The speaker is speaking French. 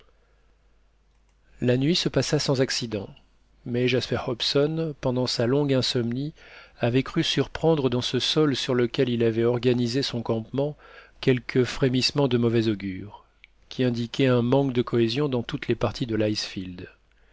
la nuit se passa sans accident mais jasper hobson pendant sa longue insomnie avait cru surprendre dans ce sol sur lequel il avait organisé son campement quelques frémissements de mauvais augure qui indiquaient un manque de cohésion dans toutes les parties de l'icefield